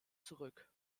zurück